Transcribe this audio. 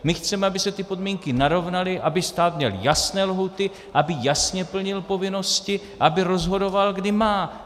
My chceme, aby se podmínky narovnaly, aby stát měl jasné lhůty, aby jasně plnil povinnosti, aby rozhodoval, kdy má.